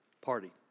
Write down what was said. party